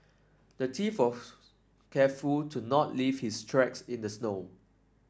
the thief was careful to not leave his tracks in the snow